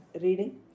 reading